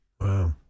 Wow